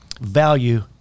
value